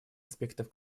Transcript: аспектов